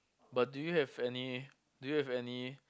but do you have any do you have any